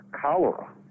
Cholera